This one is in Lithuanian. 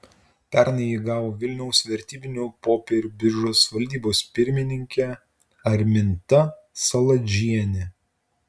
pernai jį gavo vilniaus vertybinių popierių biržos valdybos pirmininkė arminta saladžienė